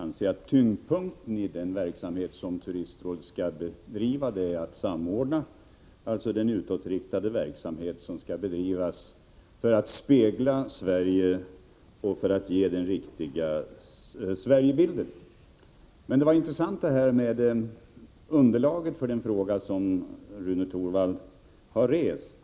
Herr talman! För min del anser jag nog att tyngdpunkten i turistrådets verksamhet bör vara att samordna den utåtriktade verksamhet som skall bedrivas för att spegla Sverige och för att ge den riktiga Sverigebilden. Det var intressant att Rune Torwald redovisade underlaget till frågan.